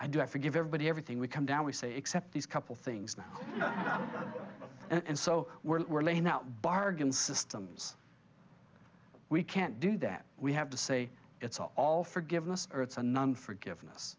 i do i forgive everybody everything we come down we say except these couple things now and so we're laying out bargain systems we can't do that we have to say it's all forgiveness or it's a none forgiveness